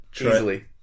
Easily